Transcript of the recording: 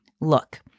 Look